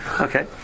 okay